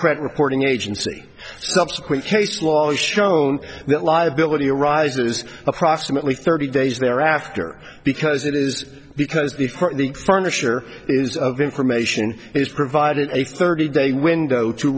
credit reporting agency subsequent case law has shown that liability arises approximately thirty days thereafter because it is because the furniture is of information is provided a thirty day window to